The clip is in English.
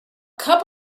cup